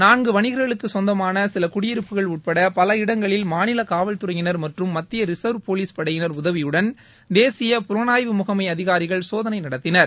நான்கு வணிகர்களுக்கு சொந்தமான சில குடியிருப்புகள் உட்பட ப்பல இடங்களில் மாநில காவல்துறையினர் மற்றும் மத்திய ரிசர்வ் போலீஸ் படையினர் உதவியுடன் தேசிய புலனாய்வு முகமை அதிகாரிகள் சோதனை நடத்தினர்